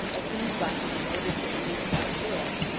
assumed by him in order to induce the asuras,